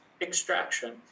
extraction